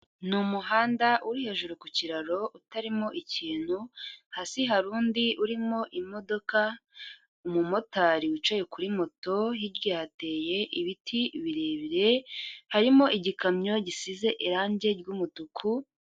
Ni umuhanda uri hejuru ku kiraro utarimo ikintu, hasi hari undi urimo imodoka, umumotari wicaye kuri moto, hirya hateye ibiti birebire, harimo igikamyo gisize irange ry'umutuku.